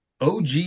og